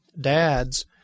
Dads